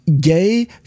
gay